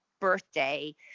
birthday